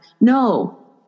No